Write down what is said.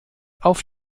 auf